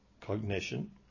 cognition